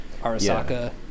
Arasaka